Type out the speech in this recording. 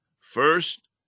First